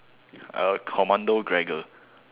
uh commando